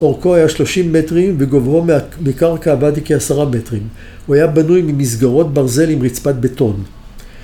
‫אורכו היה 30 מטרים, וגוברו ‫מקרקע הואדי כעשרה מטרים. ‫הוא היה בנוי ממסגרות ברזל ‫עם רצפת בטון.